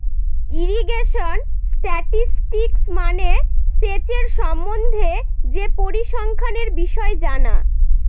irrigation statistics মানে সেচের সম্বন্ধে যে পরিসংখ্যানের বিষয় জানা